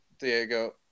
Diego